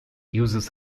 uses